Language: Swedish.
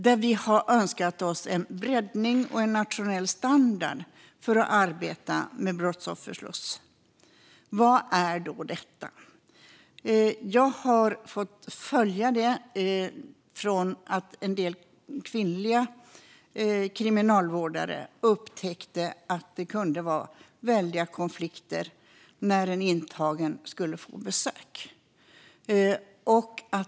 Där framgår att vi vill ha en breddning och en nationell standard för arbetet med brottsofferslussar. Vad är då detta? Jag har fått följa detta arbete efter att en del kvinnliga kriminalvårdare upptäckte att det kunde vara stora konflikter när en intagen skulle få besök.